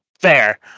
fair